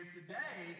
today